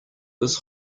this